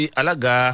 alaga